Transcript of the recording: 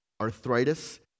arthritis